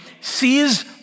sees